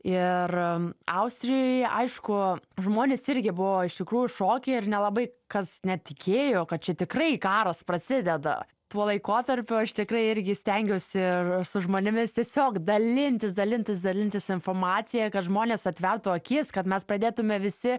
ir austrijoje aišku žmonės irgi buvo iš tikrųjų šoke ir nelabai kas net tikėjo kad čia tikrai karas prasideda tuo laikotarpiu aš tikrai irgi stengiausi ir su žmonėmis tiesiog dalintis dalintis dalintis informacija kad žmonės atvertų akis kad mes pradėtume visi